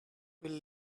will